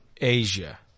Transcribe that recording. Asia